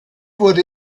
wurde